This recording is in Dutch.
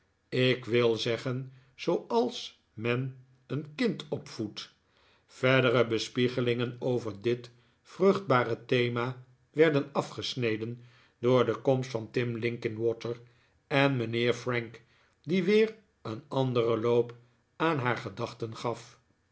ik wil zeggen zooals men een kind opvoedt verdere bespiegelingen over dit vruchtbare thema werden afgesneden door de komst van tim linkin water en mijnheer frank die weer een anderen loop aan haar gedachten gaf